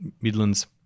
Midlands